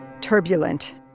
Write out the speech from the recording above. turbulent